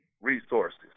resources